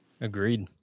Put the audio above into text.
Agreed